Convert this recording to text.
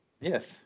Yes